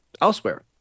elsewhere